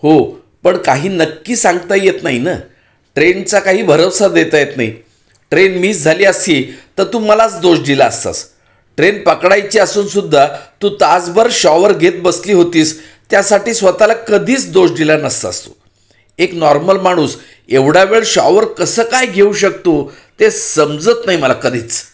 हो पण काही नक्की सांगता येत नाही नं ट्रेनचा काही भरवसा देता येत नाही ट्रेन मिस झाली असती तर तू मलाच दोष दिला असतास ट्रेन पकडायची असून सुद्धा तू तासभर शॉवर घेत बसली होतीस त्यासाठी स्वतःला कधीच दोष दिला नसतास तू एक नॉर्मल माणूस एवढा वेळ शॉवर कसं काय घेऊ शकतो ते समजत नाही मला कधीच